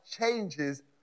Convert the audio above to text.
changes